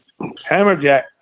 Hammerjack